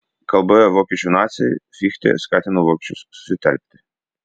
kalboje vokiečių nacijai fichtė skatina vokiečius susitelkti